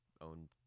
own